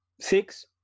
six